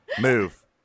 move